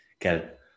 get